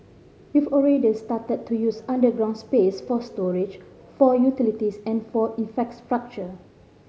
we've already started to use underground space for storage for utilities and for infrastructure